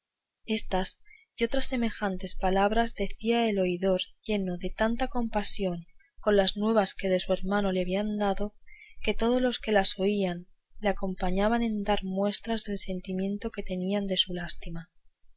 estas y otras semejantes palabras decía el oidor lleno de tanta compasión con las nuevas que de su hermano le habían dado que todos los que le oían le acompañaban en dar muestras del sentimiento que tenían de su lástima